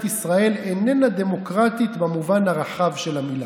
ישראל איננה דמוקרטית במובן הרחב של המילה.